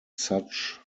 such